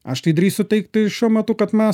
aš tai drįsiu teigti šiuo metu kad mes